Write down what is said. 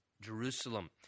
Jerusalem